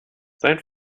sein